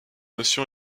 notion